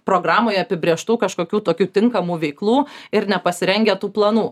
programoj apibrėžtų kažkokių tokių tinkamų veiklų ir nepasirengia tų planų